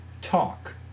Talk